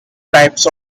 types